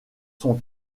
sont